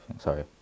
sorry